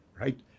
right